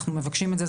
אנחנו מבקשים את זה.